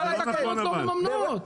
אבל התקנות לא מממנות.